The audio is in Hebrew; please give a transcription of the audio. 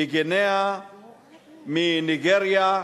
מגיניאה, מניגריה,